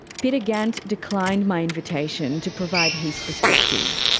peter gant declined my invitation to provide his perspective.